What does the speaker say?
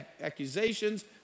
accusations